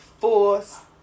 force